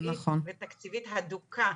מקצועית ותקציבית הדוקה.